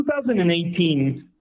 2018